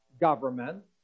government